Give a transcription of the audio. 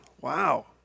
Wow